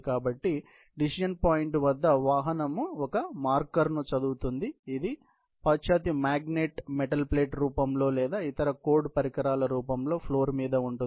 కాబట్టి decision point వద్ద వాహనం ఒక మార్కర్ను చదువుతుంది ఇది పాశ్చాత్య మాగ్నెట్ మెటల్ ప్లేట్ రూపం లో లేదా ఇతర కోడ్ పరికరాల రూపంలో ఫ్లోర్ మీద ఉంటుంది